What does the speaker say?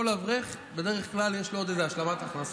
לכל אברך יש בדרך כלל עוד איזו השלמת הכנסה.